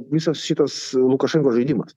visas šitas lukašenkos žaidimas